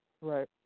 Right